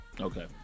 Okay